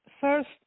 first